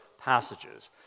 passages